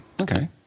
Okay